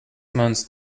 months